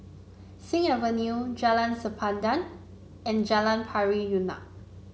Sing Avenue Jalan Sempadan and Jalan Pari Unak